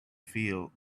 field